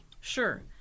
Sure